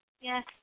Yes